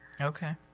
Okay